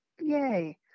Yay